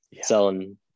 selling